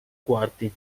quarti